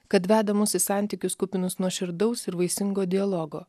kad veda mus į santykius kupinus nuoširdaus ir vaisingo dialogo